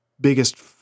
biggest